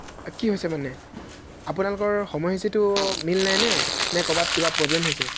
কি হৈছে মানে আপোনালোকৰ সময়সূচীটো মিল নাই নে নে ক'ৰবাত কিবা প্ৰব্লেম হৈছে